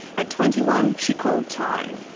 at twenty one she called time,